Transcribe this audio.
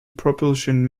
propulsion